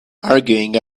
arguing